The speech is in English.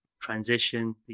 transition